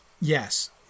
yes